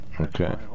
Okay